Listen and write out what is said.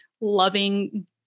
loving